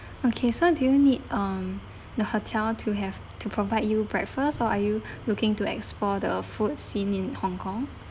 okay so do you need um the hotel to have to provide you breakfast or are you looking to explore the food scene in hong kong